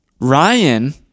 Ryan